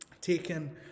taken